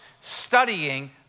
studying